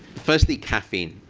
firstly, caffeine.